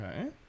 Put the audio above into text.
Okay